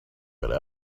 right